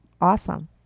Awesome